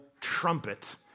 trumpet